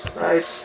Right